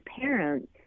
parents